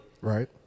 Right